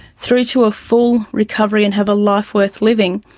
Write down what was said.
through to a full recovery and have a life worth living,